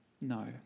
No